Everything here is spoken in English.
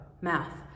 math